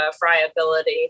friability